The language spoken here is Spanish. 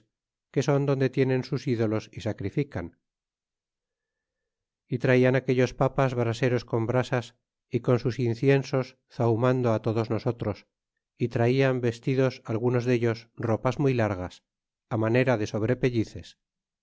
que son donde tienen sus idolos y sacrifican y traian aquellos papas braseros con brasas y con sus inciensos zahumando á todos nosotros y traian vestidos algunos dellos ropas muy largas á manera de sobrepellizes